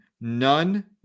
none